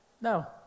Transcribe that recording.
no